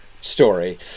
story